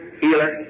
healer